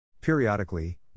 Periodically